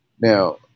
Now